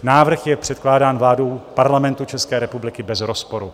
Návrh je předkládán vládou Parlamentu České republiky bez rozporu.